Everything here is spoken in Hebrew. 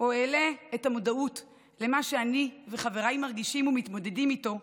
או אעלה את המודעות למה שאני וחבריי מרגישים ומתמודדים איתו,